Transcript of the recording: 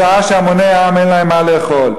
בשעה שהמוני העם אין להם מה לאכול.